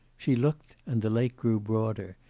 she looked and the lake grew broader,